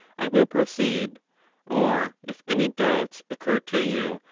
i will proceed or if any doubts occur to you,